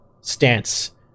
stance